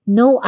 no